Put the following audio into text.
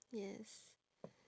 yes